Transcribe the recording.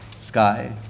sky